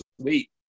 sweet